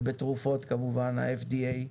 ובתרופות כמובן ה-FDA,